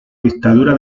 dictadura